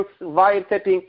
wiretapping